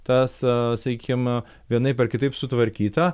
tas sakykim vienaip ar kitaip sutvarkyta